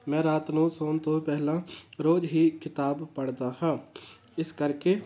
ਮੈਂ ਰਾਤ ਨੂੰ ਸੋਣ ਤੋਂ ਪਹਿਲਾਂ ਰੋਜ਼ ਹੀ ਕਿਤਾਬ ਪੜ੍ਹਦਾ ਹਾਂ ਇਸ ਕਰਕੇ